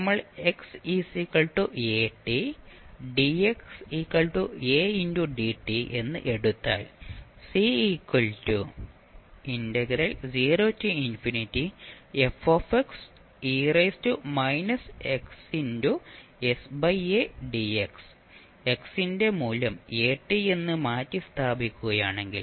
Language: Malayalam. നമ്മൾ xat dx a dt എന്ന് എടുത്താൽ x ന്റെ മൂല്യം at എന്ന് മാറ്റിസ്ഥാപിക്കുകയാണെങ്കിൽ